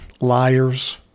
liars